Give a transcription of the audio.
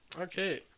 Okay